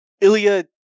Ilya